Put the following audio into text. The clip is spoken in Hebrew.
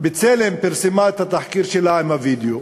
"בצלם" פרסמה את התחקיר שלה בווידיאו